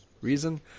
reason